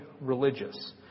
religious